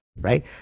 right